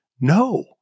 No